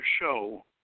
show